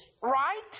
right